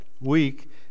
week